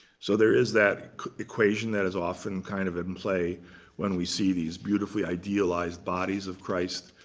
so there is that equation that is often kind of in play when we see these beautifully idealized bodies of christ,